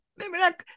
Remember